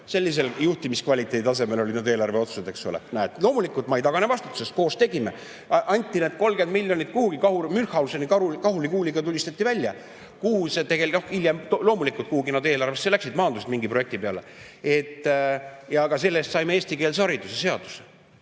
Sellisel juhtimiskvaliteedi tasemel olid need eelarveotsused, eks ole. Loomulikult ma ei tagane vastutusest, koos tegime. Anti need 30 miljonit kuhugi, Münchhauseni kahurikuuliga tulistati välja. Hiljem loomulikult kuhugi see eelarvesse läks, maandus mingi projekti peale. Selle eest saime eestikeelse hariduse seadusesse.